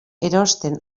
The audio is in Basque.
erosten